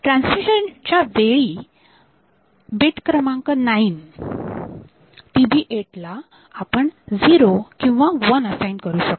transmission च्या वेळी ही बीट क्रमांक9 TB8 ला आपण झिरो किंवा वन असाइन करू शकतो